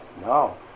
No